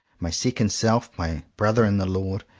my second self, my brother in the lord,